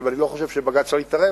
כי אני לא חושב שבג"ץ צריך להתערב,